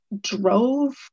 drove